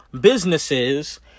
businesses